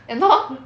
ya lor